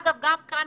אורו עיניי